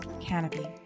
Canopy